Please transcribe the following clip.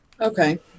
Okay